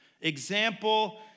Example